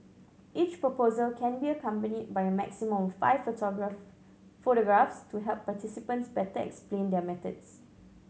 each proposal can be accompanied by a maximum of five photograph photographs to help participants better explain their methods